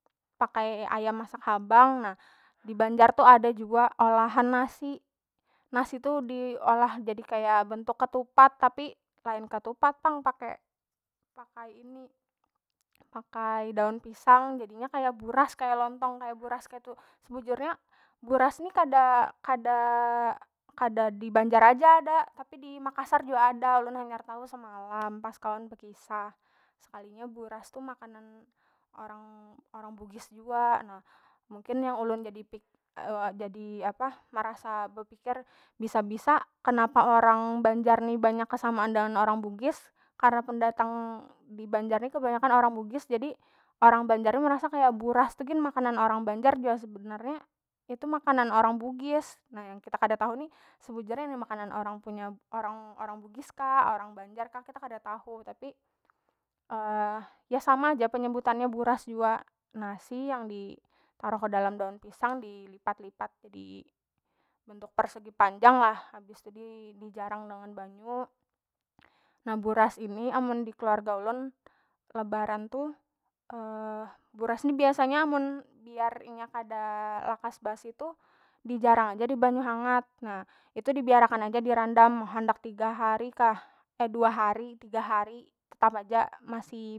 Pakai ayam masak habang nah di banjar tu ada jua lahan nasi, nasi tu diolah jadi kaya bentuk ketupat tapi lain ketupat pang pake pakai ini- pakai daun pisang jadinya kaya buras kaya lontong kaya buras kaitu sebujurnya buras ni kada kada kada di banjar aja ada tapi di makasar jua ada ulun hanyar tau semalam pas kawan bekisah sekalinya buras tu makanan orang- orang bugis jua nah mungkin yang ulun jadi apa merasa bepikir bisa- bisa kenapa orang banjar ni banyak kesamaan dengan orang bugis karna pendatang di banjar ni kebanyakan orang bugis jadi orang banjar ni merasa kaya buras tu gin makanan orang banajr jua sebenarnya itu makanan orang bugis na yang kita kada tau ni sebujurnya ini makanan orang punya orang bugis kah orang banjar kah kita kada tahu tapi ya sama ja penyebutannya buras jua nasi yang ditaruh ke dalam daun pisang dilipat- lipat jadi bentuk persegi panjang lah habis tu dijarang dengan banyu nah buras ini amun dikeluarga ulun lebaran tu buras ni biasanya amun biar inya kada lakas basi tu dijarang aja di banyu hangat na itu dibiar akan aja dirandam handak tiga hari kah dua hari tiga hari tetap aja masih.